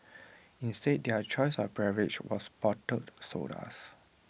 instead their choice of beverage was bottled sodas